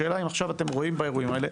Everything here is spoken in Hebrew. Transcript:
השאלה היא האם אתם רואים באירועים האלה,